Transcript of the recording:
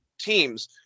teams